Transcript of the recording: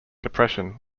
depression